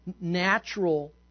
natural